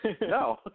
No